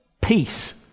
peace